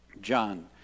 John